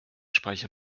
speicher